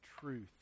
truth